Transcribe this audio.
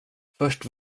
först